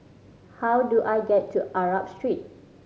how do I get to Arab Street